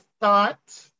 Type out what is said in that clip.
thought